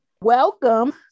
Welcome